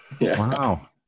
Wow